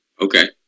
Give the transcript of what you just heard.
Okay